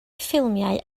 ffilmiau